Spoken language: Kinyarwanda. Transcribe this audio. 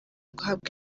guhabwa